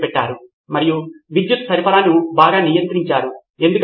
కాబట్టి మనము కేవలం ఒక కోర్సు గురుంచి మాట్లాడటం కాదు వాస్తవానికి కోర్సుల సమూహం